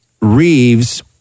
Reeves